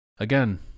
Again